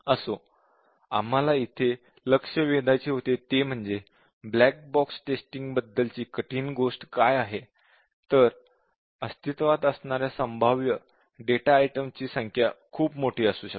असो आम्हाला इथे लक्ष वेधायचं होतं ते म्हणजे ब्लॅक बॉक्स टेस्टिंग बद्दलची कठीण गोष्ट काय आहे तर अस्तित्वात असणाऱ्या संभाव्य डेटा आयटम ची संख्या खूप मोठी असू शकते